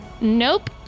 Nope